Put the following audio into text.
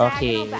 Okay